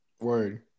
Word